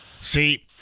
See